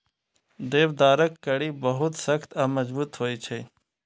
देवदारक कड़ी बहुत सख्त आ मजगूत होइ छै